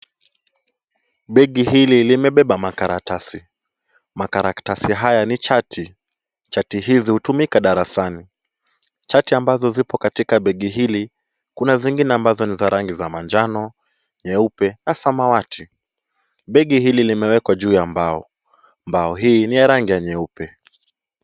Begi hili limebeba makaratasi, makaratasi haya ni chati, Chati hizi hutumika darasani, chati ambazo zipo katika begi hili kuna zingine ambazo ni za rangi za manjano, nyeupe na samawati. Begi hili limewekwa juu ya mbao, mbao hii ni ya rangi ya nyeupe.